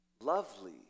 lovely